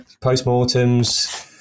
post-mortems